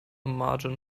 margin